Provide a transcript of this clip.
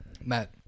Matt